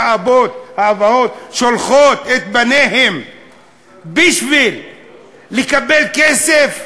האבות שולחים את בניהם בשביל לקבל כסף?